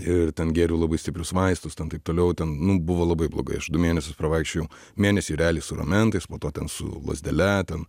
ir gėriau labai stiprius vaistus ten taip toliau ten nu buvo labai blogai aš du mėnesius pravaikščiojau mėnesį realiai su ramentais po to ten su lazdele ten